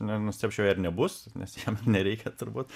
nenustebčiau jei ir nebus nes jiem ir nereikia turbūt